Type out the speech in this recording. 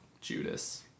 Judas